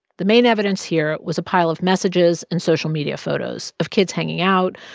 the main evidence here was a pile of messages and social media photos of kids hanging out,